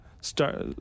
start